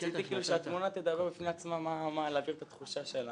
רציתי שהתמונה תדבר בפני עצמה, להעביר את התחושה.